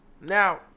Now